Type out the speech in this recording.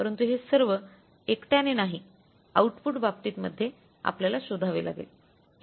परंतु हे सर्व एकट्याने नाही आउटपुट बाबतीमध्ये आपल्याला शोधावे लागेल